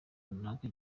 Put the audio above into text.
runaka